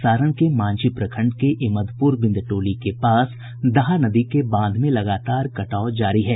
सारण के मांझी प्रखंड के इमदपुर बिंदटोली के पास दाहा नदी के बांध में लगातार कटाव जारी है